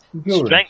Strength